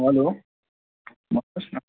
hello